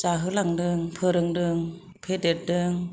जाहोलांदो फोरोंदों फेदेरदों